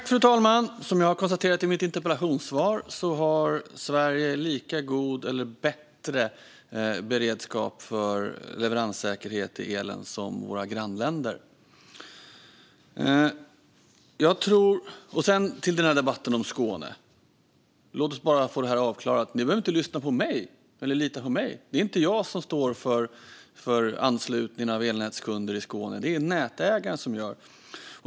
Fru talman! Som jag har konstaterat i mitt interpellationssvar har Sverige lika god eller bättre beredskap för leveranssäkerhet när det gäller el jämfört med våra grannländer. När det gäller debatten om Skåne, låt oss bara få detta avklarat: Ni behöver inte lyssna eller lita på mig! Det är inte jag som står för anslutning av elnätskunder i Skåne, utan det är det nätägaren som gör.